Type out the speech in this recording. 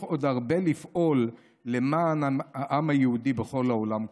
עוד הרבה לפעול למען העם היהודי בכל העולם כולו.